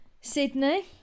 Sydney